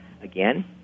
Again